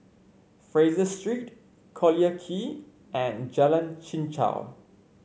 Fraser Street Collyer Quay and Jalan Chichau